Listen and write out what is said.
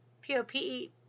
P-O-P-E